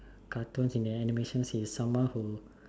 cartoons and animations he's someone who